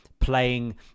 Playing